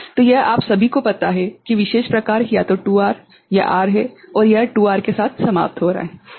तो यह आप सभी को पता है कि विशेष प्रकार या तो 2R या R है और यह 2R के साथ समाप्त हो रहा है क्या यह ठीक है